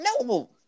No